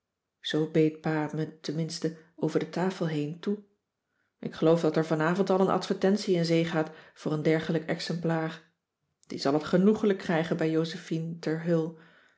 pa me het tenminste over de tafel heen toe ik geloof dat er van avond al een advertentie in zee gaat voor een dergelijk exemplaar die zal het genoegelijk krijgen bij josephine ter heul